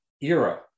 era